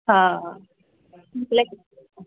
हँ लेकिन